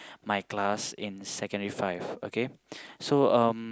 my class in secondary five okay so um